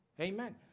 Amen